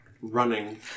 running